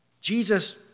Jesus